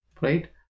right